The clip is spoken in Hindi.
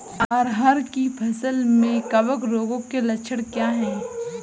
अरहर की फसल में कवक रोग के लक्षण क्या है?